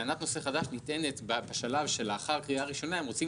טענת נושא חדש נטענת בשלב שלאחר הקריאה הראשונה אם רוצים